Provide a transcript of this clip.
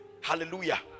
Hallelujah